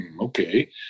okay